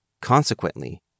Consequently